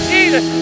Jesus